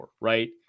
right